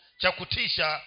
Chakutisha